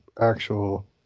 actual